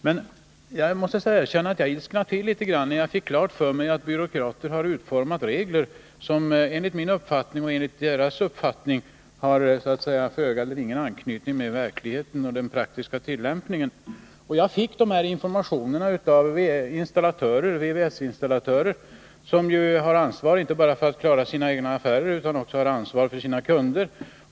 Men jag måste erkänna att jag ilsknade till litet grand när jag fick klart för mig att byråkrater har utformat regler som har föga eller ingen anknytning till verkligheten och den praktiska tillämpningen. Jag fick mina informationer av VVS-installatörer, som ju har ansvar inte bara för sina egna affärer utan också för sina kunder.